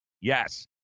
Yes